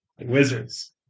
Wizards